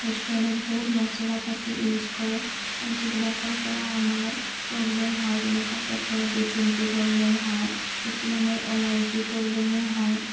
ৰেষ্টুৰেণ্টত বহুত মছলা পাতি ইউজ কৰে যিবিলাকৰ পৰা আমাৰ প্ৰব্লেম হয় যেনেকুৱা পেটৰ ডিচেণ্টেৰি প্ৰব্লেম হয় কিছুমানৰ এলাৰ্জিৰ প্ৰব্লেমো হয়